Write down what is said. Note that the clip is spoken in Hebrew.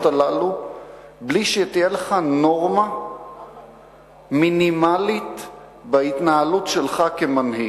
האלה בלי שתהיה לך נורמה מינימלית בהתנהלות שלך כמנהיג.